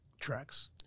tracks